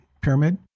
pyramid